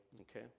okay